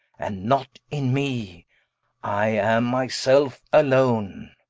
and not in me i am my selfe alone.